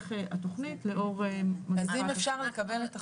המשך התוכנית לאור --- אז אם אפשר לקבל את החומרים.